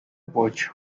watch